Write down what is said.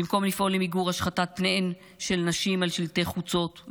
במקום לפעול למיגור השחתת פניהן של נשים על שלטי חוצות,